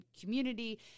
community